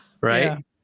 right